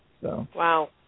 Wow